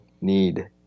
need